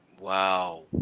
wow